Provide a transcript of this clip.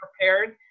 prepared